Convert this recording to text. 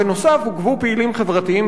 עוכבו פעילים חברתיים מרכזיים,